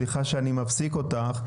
סליחה שאני מפסיק אותך.